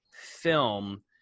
film